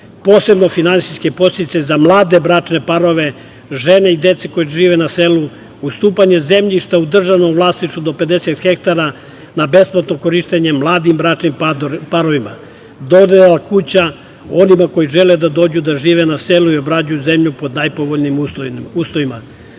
posebno finansijske podsticaje za mlade bračne parove, žene i dece koje žive na selu, ustupanje zemljišta u državnom vlasništvu do 50 hektara na besplatno korišćenje mladim bračnim parovima, dodela kuća onima koji žele da žive na selu i obrađuju zemlju po najpovoljnijim uslovima,